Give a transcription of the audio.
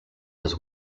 his